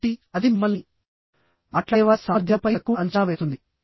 కాబట్టి అది మిమ్మల్ని మాట్లాడేవారి సామర్థ్యాలు పై తక్కువ అంచనా వేస్తుంది